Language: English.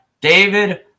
David